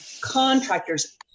Contractors